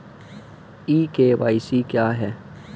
ई KYC क्या है?